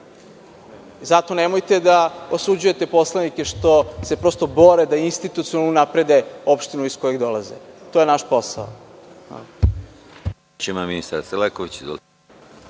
Zato nemojte da osuđujete poslanike što se prosto bore da institucionalno unaprede opštinu iz koje dolaze. To je naš posao.